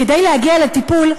כדי להגיע לטיפול,